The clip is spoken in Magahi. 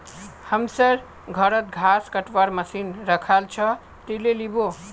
हमसर घरत घास कटवार मशीन रखाल छ, ती ले लिबो